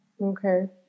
Okay